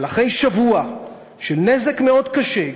אבל אחרי שבוע של נזק מאוד קשה,